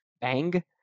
Bang